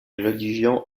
religions